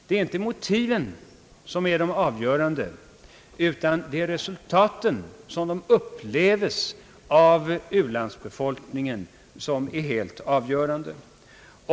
Det är inte motiven som är det avgörande, utan det är resultaten så som de upplevs av u-landsbefolkningen som är helt avgörande.